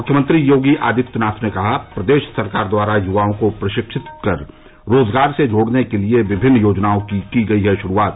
मुख्यमंत्री योगी आदित्यनाथ ने कहा प्रदेश सरकार द्वारा युवाओं को प्रशिक्षित कर रोज़गार से जोड़ने के लिए विमिन्न योजनाओं की की गई है श्रूआत